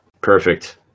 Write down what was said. Perfect